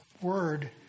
word